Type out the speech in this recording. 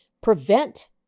Prevent